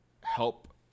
help